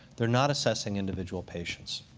they're not assessing individual patients.